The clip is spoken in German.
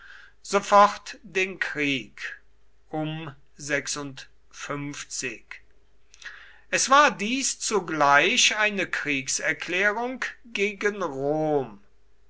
sofort den krieg es war dies zugleich eine kriegserklärung gegen rom